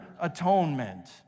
atonement